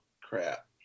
crap